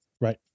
Right